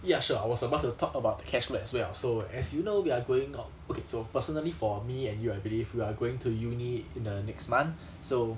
ya sure I was about to talk about the cash flow as well so as you know we are going or okay so personally for me and you I believe we are going to uni in the next month so